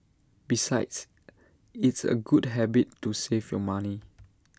besides it's A good habit to save your money